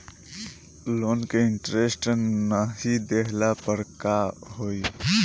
Loan के interest नाही देहले पर का होई?